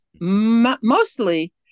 mostly